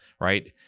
right